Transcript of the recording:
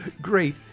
great